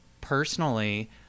personally